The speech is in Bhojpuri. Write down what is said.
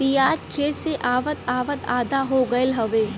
पियाज खेत से आवत आवत आधा हो गयल हउवे